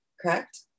correct